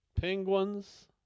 Penguins